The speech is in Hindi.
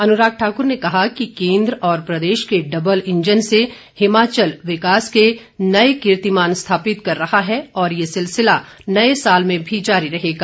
अनुराग ठाकुर ने कहा कि केंद्र और प्रदेश के डबल इंजन से हिमाचल विकास के नये कीर्तिमान स्थापित कर रहा है और ये सिलसिला नये साल में भी जारी रहेगा